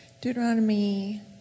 Deuteronomy